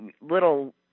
little